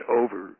over